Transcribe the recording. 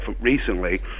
recently